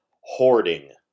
hoarding